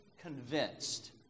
convinced